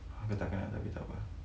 aku tak kenal tapi tak [pe]